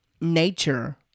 nature